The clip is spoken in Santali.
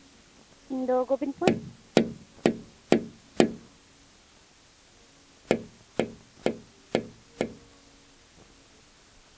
ᱤᱧ ᱫᱚ ᱜᱳᱵᱤᱱᱯᱩᱨ